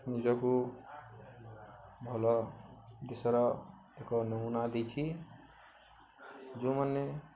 ନିଜକୁ ଭଲ ଦେଶର ଏକ ନମୁନା ଦେଇଛି ଯେଉଁମାନେ